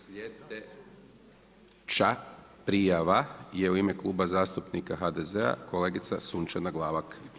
Sljedeća prijava je u ime Kluba zastupnika HDZ-a kolegica Sunčana Glavak.